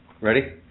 Ready